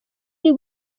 iri